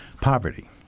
poverty